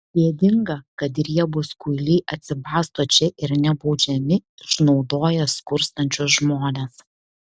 gėdinga kad riebūs kuiliai atsibasto čia ir nebaudžiami išnaudoja skurstančius žmones